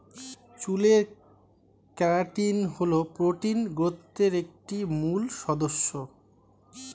চুলের কেরাটিন হল প্রোটিন গোত্রের একটি মূল সদস্য